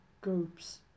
groups